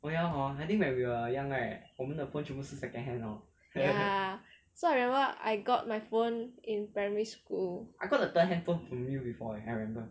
ya so I remember I got my phone in primary school